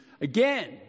again